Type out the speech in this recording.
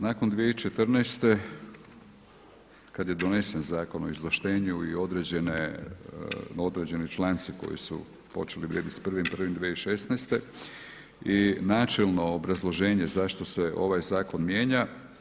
Nakon 2014. kada je donesen Zakon o izvlaštenju i određeni članci koji su počeli vrijediti sa 1.1.2016. i načelno obrazloženje zašto se ovaj zakon mijenja.